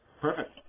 Perfect